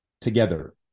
together